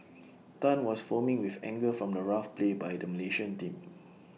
Tan was foaming with anger from the rough play by the Malaysian team